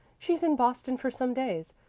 she's in boston for some days.